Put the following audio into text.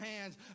hands